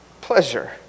pleasure